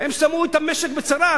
הם שמו את המשק בצרה.